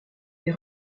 des